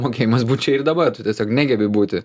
mokėjimas būt čia ir dabar tu tiesiog negebi būti